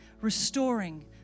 restoring